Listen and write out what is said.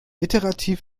iterativ